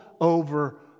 over